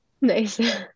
nice